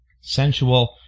sensual